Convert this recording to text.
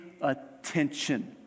attention